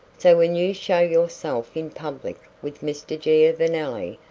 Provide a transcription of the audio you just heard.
so when you show yourself in public with mr. giovanelli,